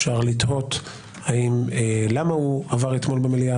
אפשר לתהות למה הוא עבר אתמול במליאה,